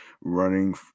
running